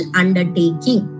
undertaking